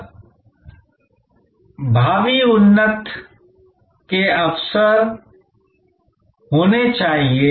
यह महत्वपूर्ण होना चाहिए इसमें विकास की क्षमता होनी चाहिए